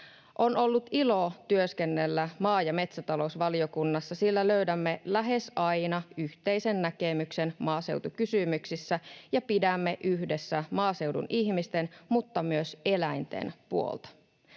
On ollut ilo työskennellä maa‑ ja metsätalousvaliokunnassa. Siellä löydämme lähes aina yhteisen näkemyksen maaseutukysymyksissä ja pidämme yhdessä maaseudun ihmisten mutta myös eläinten puolta.